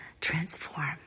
transform